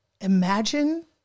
Imagine